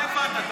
מה הבנת?